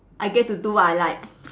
I get to do what I like